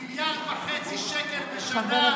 1.5 מיליארד שקל בשנה,